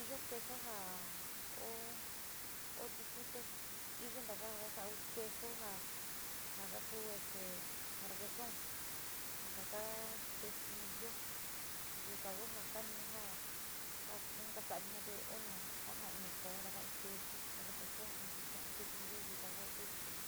iyo queso ja o ti kute iyo taka so takaun quesu ja kaka ku requeson ntaka quesillo, yuka ku ja kanujo kasa´a vina te nu jatainio koo in taka quesu, requeson yuka, quesillo yuka ku ja keeyo quesu.